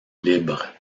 libres